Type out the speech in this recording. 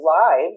live